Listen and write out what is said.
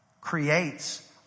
creates